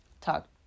talk